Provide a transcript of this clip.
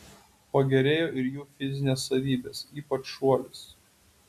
pagerėjo ir jų fizinės savybės ypač šuolis